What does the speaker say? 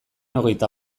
hogeita